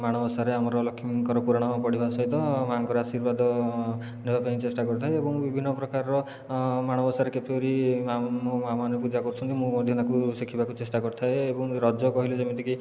ମାଣବସାରେ ଆମର ଲଷ୍ମୀଙ୍କର ପୁରାଣ ପଢ଼ିବା ସହିତ ମା'ଙ୍କର ଆଶୀର୍ବାଦ ନେବାପାଇଁ ଚେଷ୍ଟା କରୁଥାଏ ଏବଂ ବିଭିନ୍ନ ପ୍ରକାରର ମାଣବସାରେ କିପରି ମା' ମୋ ମା' ମାନେ ପୂଜା କରୁଛନ୍ତି ମୁଁ ମଧ୍ୟ ତାକୁ ଶିଖିବାକୁ ଚେଷ୍ଟା କରିଥାଏ ଏବଂ ରଜ କହିଲେ ଯେମିତିକି